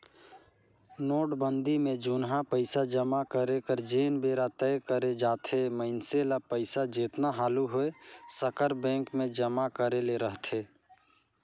नोटबंदी में जुनहा पइसा जमा करे कर जेन बेरा तय करे जाथे मइनसे ल पइसा जेतना हालु होए सकर बेंक में जमा करे ले रहथे